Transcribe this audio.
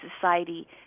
society